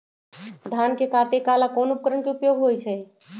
धान के काटे का ला कोंन उपकरण के उपयोग होइ छइ?